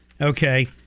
Okay